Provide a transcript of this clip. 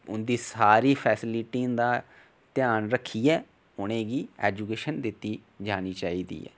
उं'दी सारी फेस्लिटी दा ध्यान रक्खियै उ'नेंगी एजूकेशन दित्ती जानी चाहिदी ऐ